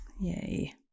Yay